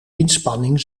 inspanning